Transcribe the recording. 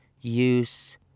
use